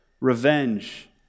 revenge